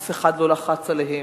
אף אחד לא לחץ עליהם,